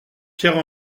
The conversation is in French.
pierre